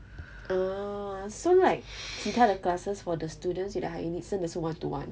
ah so like 其他的 classes for the students with the higher needs 真的是 one to one